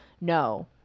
No